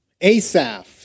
Asaph